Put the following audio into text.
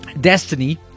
Destiny